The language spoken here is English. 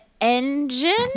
engine